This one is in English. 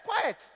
quiet